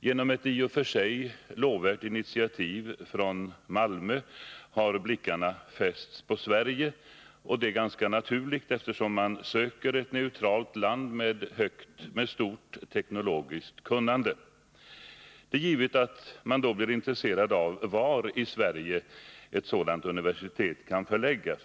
Genom ett i och för sig lovvärt initiativ från Malmö har blickarna fästs på Sverige, och det är ganska naturligt, eftersom man söker ett neutralt land med stort teknologiskt kunnande. Det är givet att man då blir intresserad av var i Sverige ett sådant universitet kan förläggas.